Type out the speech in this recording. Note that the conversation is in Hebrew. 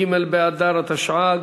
ג' באדר התשע"ג,